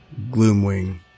gloomwing